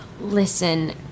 Listen